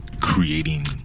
creating